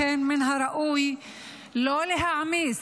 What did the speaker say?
מן הראוי שלא להעמיס,